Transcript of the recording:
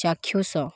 ଚାକ୍ଷୁଷ